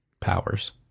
powers